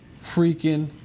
freaking